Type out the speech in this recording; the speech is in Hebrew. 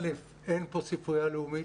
אין פה ספרייה לאומית,